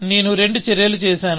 నేను రెండు చర్యలు చేసాను